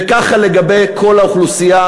וככה לגבי כל האוכלוסייה,